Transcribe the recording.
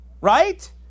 Right